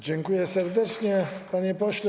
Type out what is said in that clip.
Dziękuję serdecznie, panie pośle.